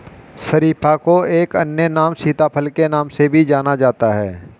शरीफा को एक अन्य नाम सीताफल के नाम से भी जाना जाता है